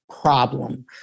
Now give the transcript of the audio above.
problem